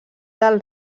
del